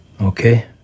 Okay